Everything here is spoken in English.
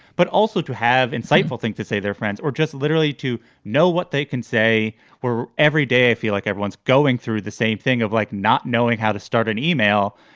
but also to have insightful things to say they're friends or just literally to know what they can say where everyday i feel like everyone's going through the same thing of like not knowing how to start an email.